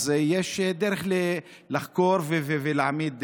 יש דרך לחקור ולהעמיד לדין,